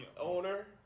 owner